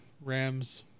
Rams